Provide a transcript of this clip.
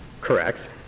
Correct